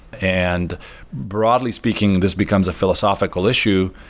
and broadly speaking, this becomes a philosophical issue,